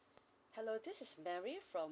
hello this is mary from